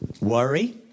worry